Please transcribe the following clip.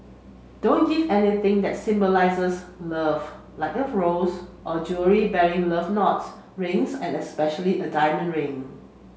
don't give anything that symbolises love like a rose or jewellery bearing love knots rings and especially a diamond ring